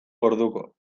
orduko